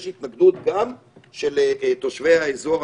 יש התנגדות גם של תושבי האזור,